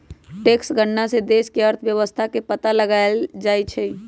tax गणना से देश के अर्थव्यवस्था के पता लगाएल जाई छई